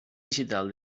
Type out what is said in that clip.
digital